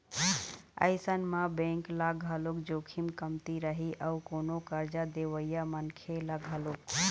अइसन म बेंक ल घलोक जोखिम कमती रही अउ कोनो करजा देवइया मनखे ल घलोक